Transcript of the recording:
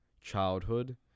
childhood